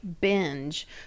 binge